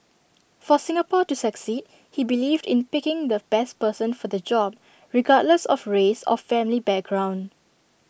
for Singapore to succeed he believed in picking the best person for the job regardless of race or family background